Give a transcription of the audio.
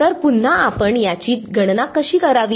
तर पुन्हा आपण याची गणना कशी करावी